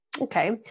Okay